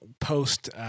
post